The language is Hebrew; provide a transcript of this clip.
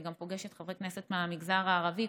אני גם פוגשת חברי כנסת מהמגזר הערבי,